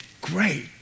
great